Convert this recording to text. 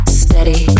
steady